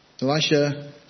Elisha